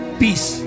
peace